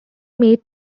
made